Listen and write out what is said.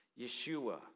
Yeshua